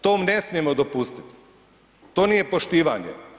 To ne smijemo dopustiti, to nije poštivanje.